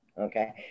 okay